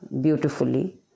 beautifully